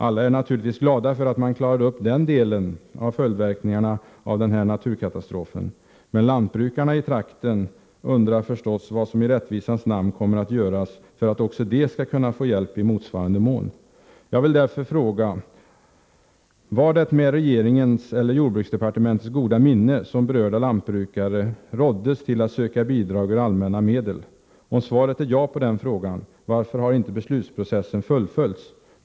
Alla är naturligtvis glada för att man klarade upp den delen av följdverkningarna av naturkatastrofen. Men lantbrukarna i trakten undrar förstås vad som i rättvisans namn kommer att göras för att också de skall kunna få hjälp i motsvarande mån. Om svaret är ja på den frågan, varför har inte beslutsprocessen fullföljts?